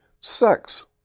Sex